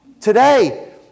today